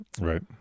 Right